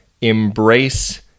embrace